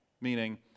meaning